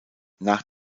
nach